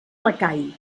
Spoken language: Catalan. lacai